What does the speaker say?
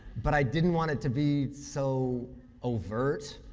but i didn't want it to be so overt.